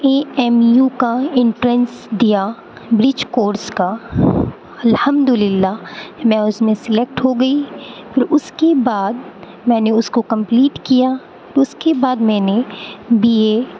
اے M U کا entrance دیا bridge course كا الحمد اللہ میں اُس میں سلیكٹ ہو گئی پھر اُس كے بعد میں نے اُس كو كمپلیٹ كیا اُس كے بعد میں نے بی اے